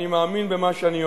אני מאמין במה שאני אומר: